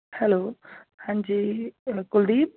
hello ਹਾਂਜੀ ਕੁਲਦੀਪ